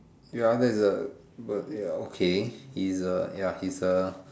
ya there's a but ya okay he's a ya he's a